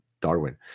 Darwin